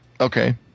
Okay